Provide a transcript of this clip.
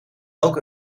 elk